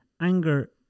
Anger